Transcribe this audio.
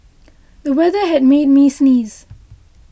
the weather made me sneeze